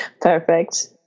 Perfect